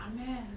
Amen